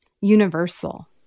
universal